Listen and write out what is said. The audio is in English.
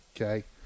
okay